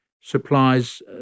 supplies